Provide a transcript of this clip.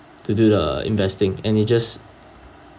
to do the investing and it just